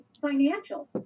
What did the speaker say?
financial